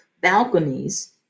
balconies